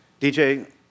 DJ